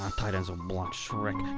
um tight ends who block, shrek,